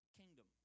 kingdom